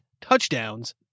touchdowns